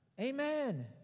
Amen